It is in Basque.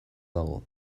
dago